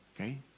Okay